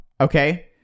Okay